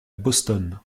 boston